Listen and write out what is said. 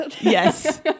Yes